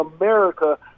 America